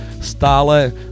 stále